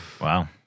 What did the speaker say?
Wow